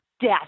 death